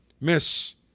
Miss